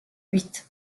huit